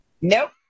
nope